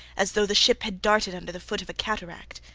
as though the ship had darted under the foot of a cataract.